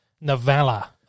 novella